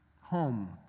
Home